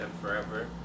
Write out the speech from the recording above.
forever